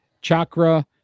Chakra